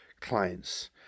clients